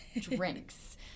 drinks